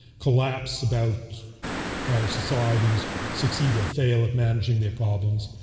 collapse, about how societies succeed or fail at managing their problems,